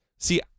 See